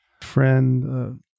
friend